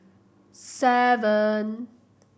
seven